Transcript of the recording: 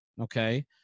okay